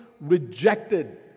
rejected